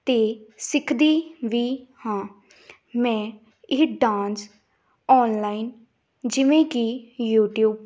ਅਤੇ ਸਿੱਖਦੀ ਵੀ ਹਾਂ ਮੈਂ ਇਹ ਡਾਂਸ ਓਨਲਾਈਨ ਜਿਵੇਂ ਕਿ ਯੂਟੀਊਬ